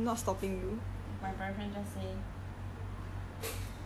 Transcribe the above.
my boyfriend just say err